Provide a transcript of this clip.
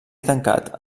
tancat